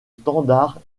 standard